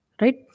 Right